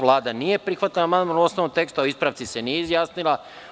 Vlada nije prihvatila amandman u osnovnom tekstu, a o ispravci se nije izjasnila.